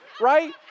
right